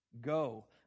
Go